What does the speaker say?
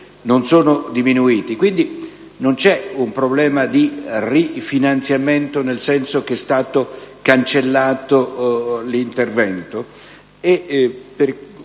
non c'è un problema di rifinanziamento nel senso che è stato cancellato l'intervento.